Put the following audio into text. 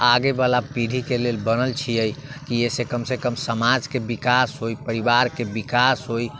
वला पीढ़ीके लेल बनल छियै की अइसे कम सँ कम समाजके विकास होइ परिवारके विकास होइ